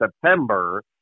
September